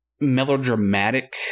melodramatic